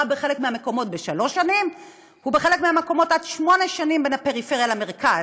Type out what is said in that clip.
בחלק מהמקומות בשלוש שנים ובחלק מהמקומות עד שמונה שנים מאשר במרכז,